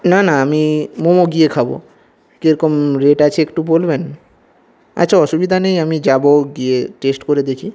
না না আমি মোমো গিয়ে খাব কিরকম রেট আছে একটু বলবেন আচ্ছা অসুবিধা নেই আমি যাব গিয়ে টেস্ট করে দেখি